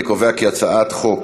אני קובע כי הצעת חוק